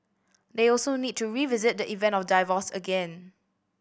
they also need to revisit the event of divorce again